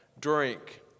drink